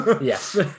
Yes